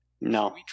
no